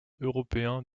européen